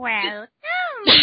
Welcome